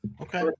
Okay